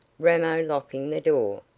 ramo locking the door,